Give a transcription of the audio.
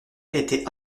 étaient